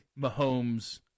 Mahomes